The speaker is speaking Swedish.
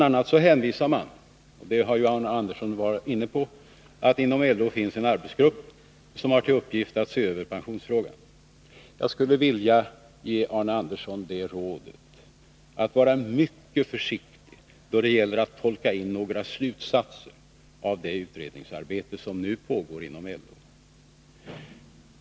a. hänvisar man till — det var ju Arne Andersson inne på — att det inom LO finns en arbetsgrupp som har till uppgift att se över pensionsfrågan. Jag skulle vilja ge Arne Andersson rådet att vara mycket försiktig då det gäller att tolka in några slutsatser i det utredningsarbete som nu pågår inom LO.